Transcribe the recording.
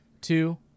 two